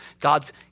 God's